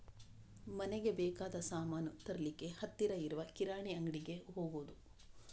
ಮನೆಗೆ ಬೇಕಾದ ಸಾಮಾನು ತರ್ಲಿಕ್ಕೆ ಹತ್ತಿರ ಇರುವ ಕಿರಾಣಿ ಅಂಗಡಿಗೆ ಹೋಗುದು